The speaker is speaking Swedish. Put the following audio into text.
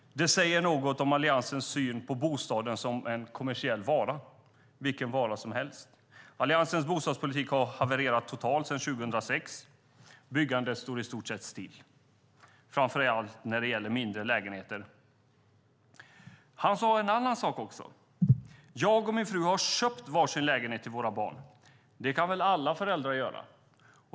Det säger någonting om Alliansens syn på bostaden som en kommersiell vara, vilken vara som helst. Alliansens bostadspolitik har havererat totalt sedan 2006. Byggandet står i stort sett stilla, framför allt när det gäller mindre lägenheter. Mats Odell sade en annan sak också: Jag och min fru har köpt varsin lägenhet till våra barn. Det kan väl alla föräldrar göra.